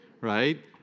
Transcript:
Right